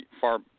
far